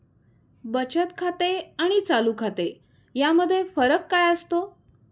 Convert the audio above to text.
बचत खाते आणि चालू खाते यामध्ये फरक काय असतो?